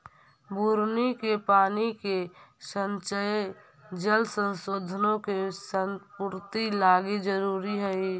बुन्नी के पानी के संचय जल संसाधनों के संपूर्ति लागी जरूरी हई